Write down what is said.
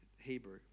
Hebrew